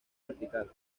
vertical